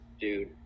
Dude